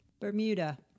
Bermuda